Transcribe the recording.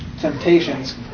temptations